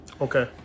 okay